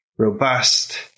robust